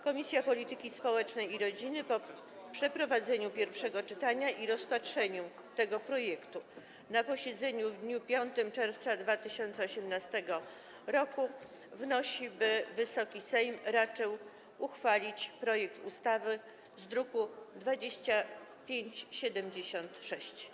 Komisja Polityki Społecznej i Rodziny po przeprowadzeniu pierwszego czytania i rozpatrzeniu tego projektu na posiedzeniu w dniu 5 czerwca 2018 r. wnosi, by Wysoki Sejm raczył uchwalić projekt ustawy z druku nr 2576.